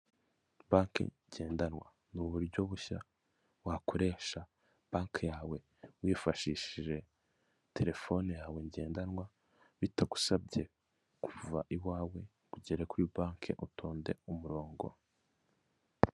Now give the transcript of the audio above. Banke ngendanwa ni uburyo bushya wakoresha banke yawe wifashishije terefone yawe ngendanwa bitagusabye kuva iwawe ugere kuri banke utonde umurongo.